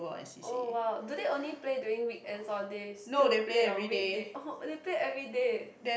oh !wah! do they only play during weekends or they still play on weekday orh they play everyday